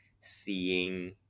seeing